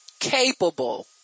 capable